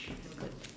difficult